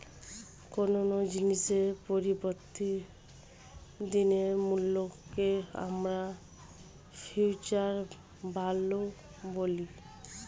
কোনো জিনিসের পরবর্তী দিনের মূল্যকে আমরা ফিউচার ভ্যালু বলি